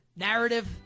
Narrative